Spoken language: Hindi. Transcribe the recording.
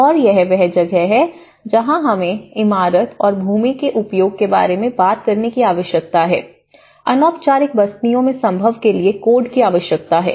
और यह वह जगह है जहां हमें इमारत और भूमि के उपयोग के बारे में बात करने की आवश्यकता है अनौपचारिक बस्तियों में संभव के लिए कोड की आवश्यकता है